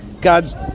God's